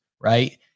right